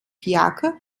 jacke